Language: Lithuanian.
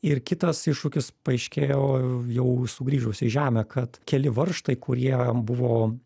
ir kitas iššūkis paaiškėjo jau sugrįžus į žemę kad keli varžtai kurie buvo